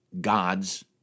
gods